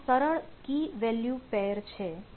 તેમાં સરળ key value જોડ છે